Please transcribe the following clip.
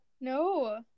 no